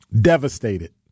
devastated